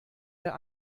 der